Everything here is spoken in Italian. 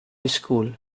school